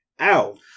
Ow